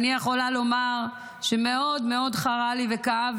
אני יכולה לומר שמאוד מאוד חרה לי וכאב